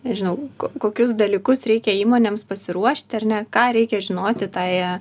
nežinau kokius dalykus reikia įmonėms pasiruošti ar ne ką reikia žinoti tai